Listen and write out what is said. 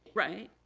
right,